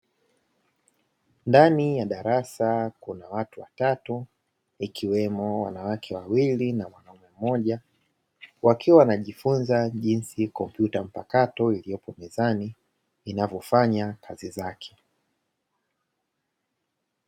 Ndani ya darasa kuna watu watatu, ikiwemo wanawake wawili, cna mwanaume mmoja; wakiwa wanajifunza jinsi kompyuta mpakato iliyopo mezani, inavyofanya kazi zake.